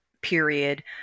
period